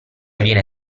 viene